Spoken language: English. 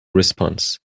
response